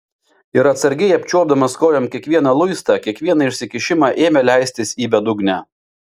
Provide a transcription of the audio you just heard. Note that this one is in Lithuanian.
ir atsargiai apčiuopdamas kojom kiekvieną luistą kiekvieną išsikišimą ėmė leistis į bedugnę